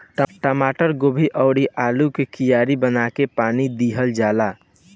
टमाटर, गोभी अउरी आलू के कियारी बना के पानी दिहल जाला